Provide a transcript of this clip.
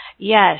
Yes